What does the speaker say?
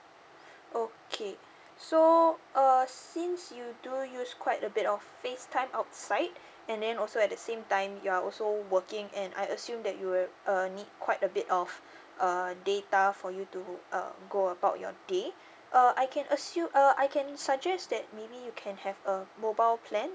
okay so uh since you do use quite a bit of facetime outside and then also at the same time you're also working and I assume that you will uh need quite a bit of uh data for you to uh go about your day uh I can assume uh I can suggest that maybe you can have a mobile plan